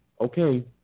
okay